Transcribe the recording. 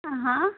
हाँ